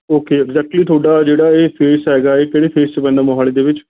okay exactly ਤੁਹਾਡਾ ਜਿਹੜਾ ਇਹ ਫ਼ੇਸ ਹੈਗਾ ਹੈ ਕਿਹੜੇ ਫ਼ੇਸ 'ਚ ਪੈਂਦਾ ਮੋਹਾਲੀ ਦੇ ਵਿੱਚ